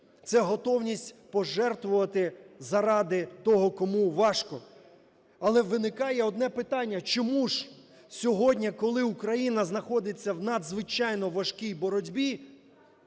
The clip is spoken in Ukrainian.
це готовність пожертвувати заради того, кому важко. Але виникає одне питання. Чому ж сьогодні, коли Україна знаходиться в надзвичайно важкій боротьбі